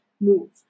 move